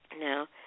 Now